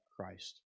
Christ